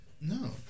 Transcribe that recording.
No